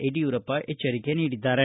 ಯಡಿಯೂರಪ್ಪ ಎಚ್ವರಿಕೆ ನೀಡಿದ್ದಾರೆ